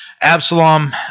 Absalom